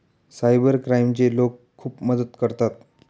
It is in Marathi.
सायबर क्राईमचे लोक खूप मदत करतात